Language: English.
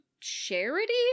charity